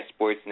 Sportsnet